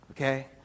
Okay